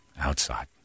outside